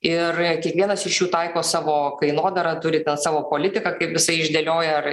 ir kiekvienas iš jų taiko savo kainodarą turi ten savo politiką kaip jisai išdėlioja ar